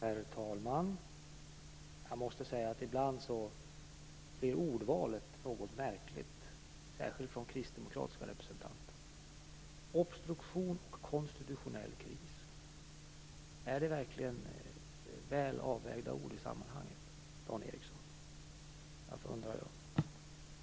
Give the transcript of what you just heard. Herr talman! Jag måste säga att ibland blir ordvalet något märkligt, särskilt från kristdemokratiska representanter. "Obstruktion" och "konstitutionell kris" - är det verkligen väl avvägda ord i sammanhanget, Dan Ericsson? Det undrar jag.